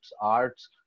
arts